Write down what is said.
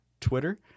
Twitter